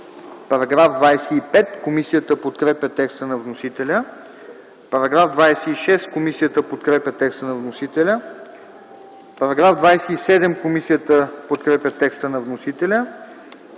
оттеглено. Комисията подкрепя текста на вносителя за § 45. Комисията подкрепя текста на вносителя за § 46. Комисията подкрепя текста на вносителя